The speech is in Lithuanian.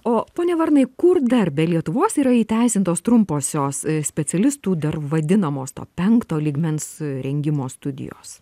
o ponia varnai kur dar be lietuvos yra įteisintos trumposios specialistų dar vadinamos to penkto lygmens rengimo studijos